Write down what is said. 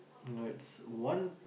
no it's one